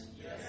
Yes